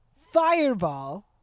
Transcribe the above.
fireball